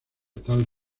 tal